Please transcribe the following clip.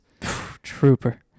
Trooper